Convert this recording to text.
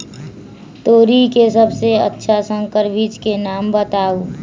तोरी के सबसे अच्छा संकर बीज के नाम बताऊ?